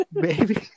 Baby